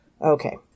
Okay